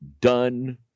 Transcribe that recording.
done